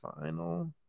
final